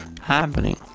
happening